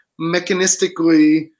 mechanistically